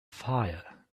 fire